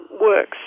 works